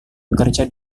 bekerja